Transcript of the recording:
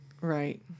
Right